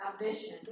ambition